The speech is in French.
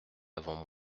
avant